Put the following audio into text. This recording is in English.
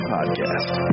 Podcast